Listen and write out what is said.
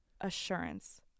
assurance